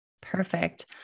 Perfect